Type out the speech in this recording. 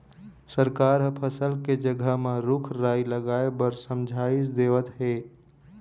सरकार ह फसल के जघा म रूख राई लगाए बर समझाइस देवत हे